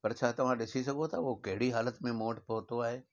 पर छा तव्हं ॾिसी सघो था उहो कहिड़ी हालत में मूं वटि पहुतो आहे